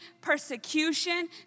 persecution